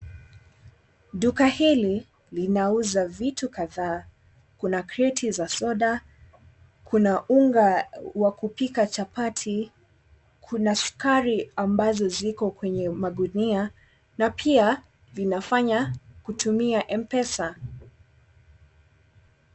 Duka hili linauza vitu kadhaa, kuna kreti za soda, kuna unga wa kupika chapati, kuna sukari ambazo ziko kwenye magunia na pia vinafanya kupitia mpesa.